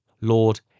Lord